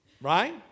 right